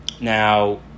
Now